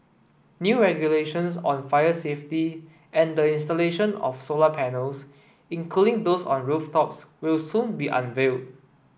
new regulations on fire safety and the installation of solar panels including those on rooftops will soon be unveiled